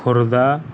Khordha